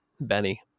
benny